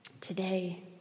Today